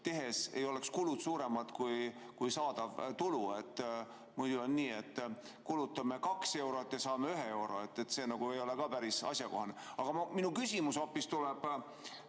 tehes ei oleks kulud suuremad kui saadav tulu. Muidu on nii, et kulutame 2 eurot ja saame 1 euro. See ei ole ka päris asjakohane. Aga minu küsimus tuleb